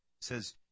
says